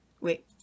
wait